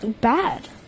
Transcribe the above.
bad